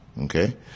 Okay